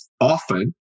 often